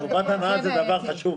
טובת הנאה זה דבר חשוב...